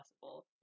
possible